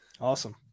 awesome